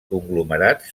conglomerats